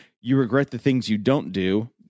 you-regret-the-things-you-don't-do